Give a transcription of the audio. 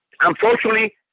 unfortunately